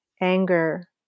anger